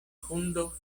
hundo